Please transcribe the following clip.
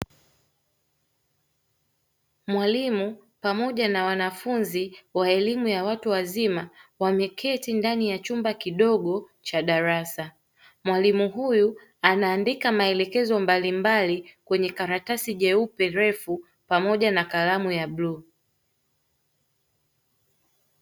Mwalimu pamoja na wanafunzi wa elimu ya watu wazima wameketi ndani ya chumba kidogo cha darasa, mwalimu huyu anaandika maelekezo mbalimbali kwenye karatasi jeupe refu pamoja na kalamu ya bluu.